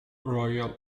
royal